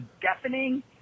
deafening